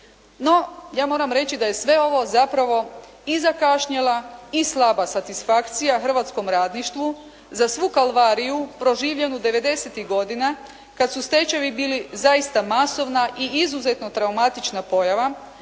No, ja moram reći da je sve ovo i zakašnjela i slaba satisfakcija hrvatskom radništvu za svu kalvariju proživljenu devedesetih godina kada su stečajevi bili zaista masovna i izuzetno traumatična pojava,